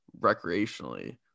recreationally